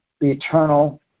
eternal